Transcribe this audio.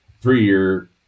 three-year